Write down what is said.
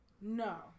No